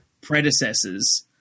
predecessors